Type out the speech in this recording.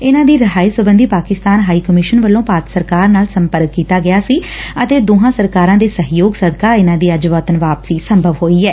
ਇਨ੍ਹਾਂ ਦੀ ਰਿਹਾਈ ਸਬੰਧੀ ਪਾਕਿਸਤਾਨ ਹਾਈ ਕਮਿਸ਼ਨ ਵਲੋਂ ਭਾਰਤ ਸਰਕਾਰ ਨਾਲ ਸੰਪਰਕ ਕੀਤਾ ਗਿਆ ਸੀ ਅਤੇ ਦੋਨਾਂ ਸਰਕਾਰਾਂ ਦੇ ਸਹਿਯੋਗ ਸਦਕਾ ਇਨੂਾਂ ਦੀ ਅੱਜ ਵਤਨ ਵਾਪਸੀ ਸੰਭਵ ਹੋਈ ਏ